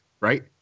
right